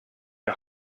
der